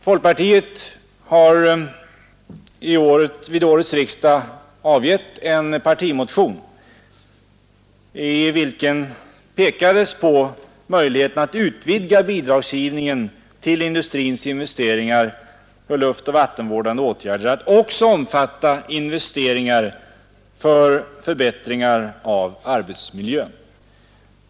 Folkpartiet har vid årets riksdag avgivit en partimotion, i vilken pekades på möjligheten att utvidga bidragsgivningen till industrins investeringar för luftoch vattenvårdande åtgärder att också omfatta investeringar för förbättringar av arbetsmiljön.